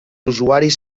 usuaris